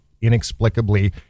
inexplicably